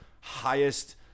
highest